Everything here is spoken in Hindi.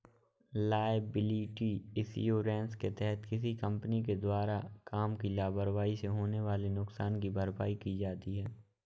लायबिलिटी इंश्योरेंस के तहत किसी कंपनी के द्वारा काम की लापरवाही से होने वाले नुकसान की भरपाई की जाती है